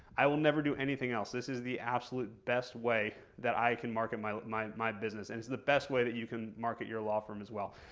i will never do anything else. this is the absolute best way that i can market my my business. and it's the best way that you can market your law firm as well.